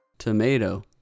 Tomato